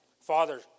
Father